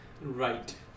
Right